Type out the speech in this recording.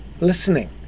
listening